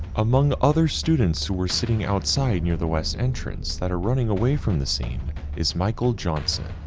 amongst other students who were sitting outside near the west entrance that are running away from the scene is michael johnson.